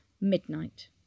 midnight